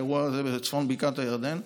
האירוע הזה בצפון בקעת הירדן,